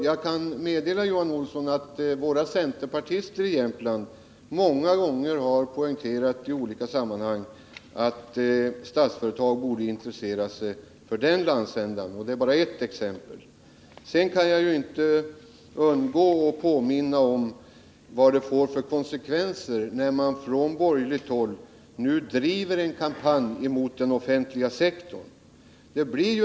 Jag kan meddela Johan Olsson att centerpartisterna i Jämtland många gånger och i olika sammanhang har poängterat att Statsföretag borde intressera sig för den landsändan. Detta är bara ett exempel. Jag kan vidare inte underlåta att erinra om vad det får för konsekvenser när det nu från borgerligt håll bedrivs en kampanj mot den offentliga sektorn.